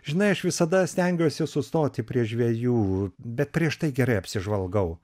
žinai aš visada stengiuosi sustoti prie žvejų bet prieš tai gerai apsižvalgau